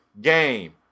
game